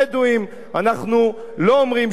אנחנו לא אומרים שאין מה לעשות,